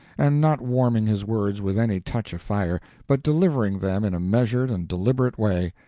and not warming his words with any touch of fire, but delivering them in a measured and deliberate way,